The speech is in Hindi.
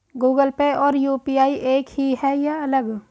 गूगल पे और यू.पी.आई एक ही है या अलग?